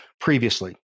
previously